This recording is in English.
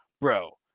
bro